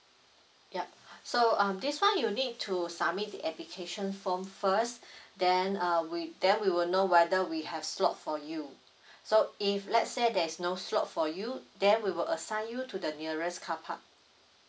yup so um this one you need to submit the application form first then uh we then we will know whether we have slot for you so if let's say there's no slot for you then we will assign you to the nearest carpark